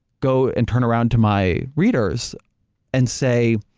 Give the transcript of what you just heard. go and turn around to my readers and say,